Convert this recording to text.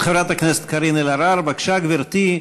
חברת הכנסת קארין אלהרר, בבקשה, גברתי.